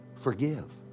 forgive